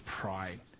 pride